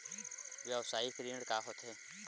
व्यवसायिक ऋण का होथे?